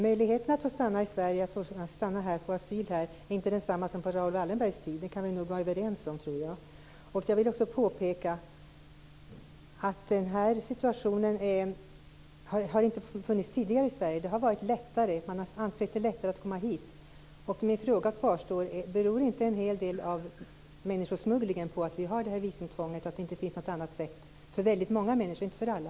Fru talman! Möjligheterna att få stanna här är inte desamma som på Raoul Wallenbergs tid. Det kan vi nog vara överens om. Jag vill också påpeka att den här situationen inte funnits tidigare i Sverige. Det har ansetts lättare att komma hit. Min fråga kvarstår: Beror inte en hel del av människosmugglingen på att vi har visumtvånget, att det inte finns något annat sätt för väldigt många människor, inte för alla?